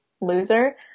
loser